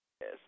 Yes